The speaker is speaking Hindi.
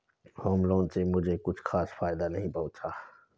होम लोन से मुझे कुछ खास फायदा नहीं पहुंचा